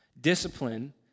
discipline